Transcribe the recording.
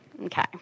Okay